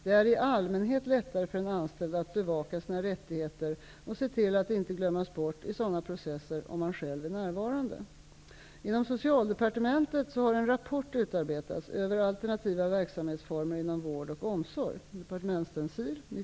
Det är i allmänhet lättare för en anställd att bevaka sina rättigheter och se till att inte glömmas bort i sådana processer om man själv är närvarande. Inom Socialdepartementet har en rapport utarbetats över alternativa verksamhetsformer inom vård och omsorg .